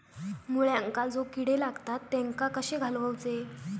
मुळ्यांका जो किडे लागतात तेनका कशे घालवचे?